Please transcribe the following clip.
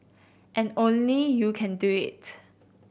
and only you can do it